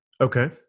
Okay